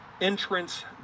entrance